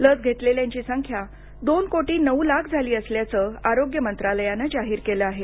लस घेतलेल्यांची संख्या दोन कोटी नऊ लाख झाली असल्याचं आरोग्य मंत्रालयानं जाहीर केलं आहे